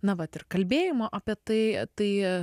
na vat ir kalbėjimo apie tai tai